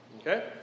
Okay